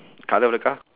colour of the car